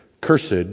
cursed